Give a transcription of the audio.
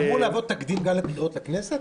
זה אמור להוות תקדים גם לבחירות לכנסת?